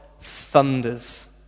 thunders